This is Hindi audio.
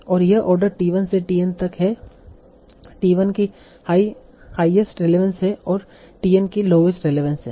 और यह आर्डर t 1 से t n तक है है t 1 की हाईएस्ट रेलेवंस है और t n की लोवेस्ट रेलेवंस है